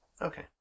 Okay